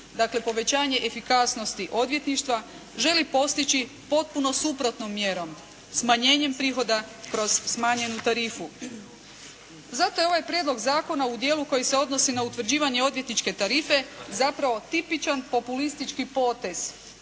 dakle povećanje efikasnosti odvjetništva želi postići potpuno suprotnom mjerom, smanjenjem prihoda kroz smanjenu tarifu. Zato je ovaj prijedlog zakona u dijelu koji se odnosu na utvrđivanje odvjetničke tarife zapravo tipičan populistički potez